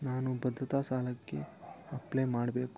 ನಾನು ಭದ್ರತಾ ಸಾಲಕ್ಕೆ ಅಪ್ಲೈ ಮಾಡಬೇಕು